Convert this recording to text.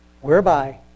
whereby